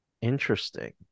Interesting